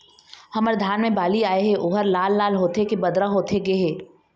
हमर धान मे बाली आए हे ओहर लाल लाल होथे के बदरा होथे गे हे?